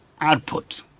output